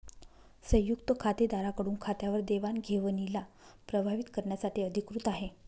संयुक्त खातेदारा कडून खात्यावर देवाणघेवणीला प्रभावीत करण्यासाठी अधिकृत आहे